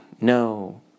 no